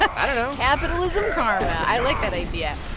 i don't know capitalism karma. i like that idea.